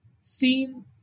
seen